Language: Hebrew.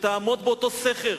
שתעמוד באותו סכר